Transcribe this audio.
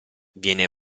viene